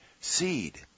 seed